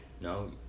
No